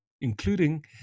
including